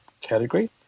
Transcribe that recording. category